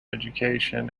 education